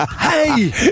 Hey